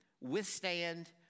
Withstand